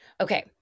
Okay